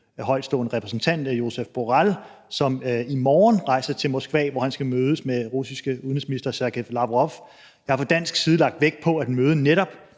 højtstående repræsentant Josep Borrell, som i morgen rejser til Moskva, hvor han skal mødes med den russiske udenrigsminister, Sergej Lavrov. Jeg har fra dansk side lagt vægt på, at mødet netop